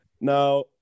Now